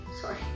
sorry